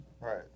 Right